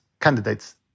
candidates